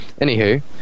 Anywho